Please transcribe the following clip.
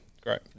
Great